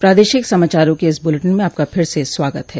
प्रादेशिक समाचारों के इस बुलेटिन में आपका फिर से स्वागत है